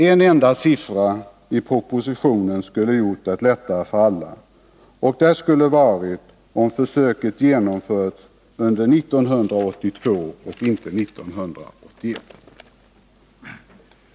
En enda siffra i propositionen skulle ha gjort det lättare för alla, och det är om försöket genomförts under år 1982 och inte 1981.